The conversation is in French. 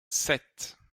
sept